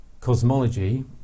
cosmology